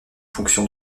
fonction